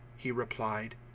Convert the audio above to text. he replied.